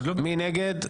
מי נגד?